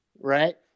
right